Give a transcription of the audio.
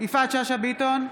יפעת שאשא ביטון,